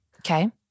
Okay